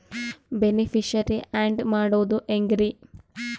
Beneficiary, add ಮಾಡೋದು ಹೆಂಗ್ರಿ?